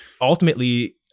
Ultimately